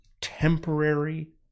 temporary